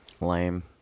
Lame